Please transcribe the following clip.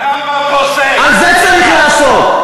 על זה צריך לעשות.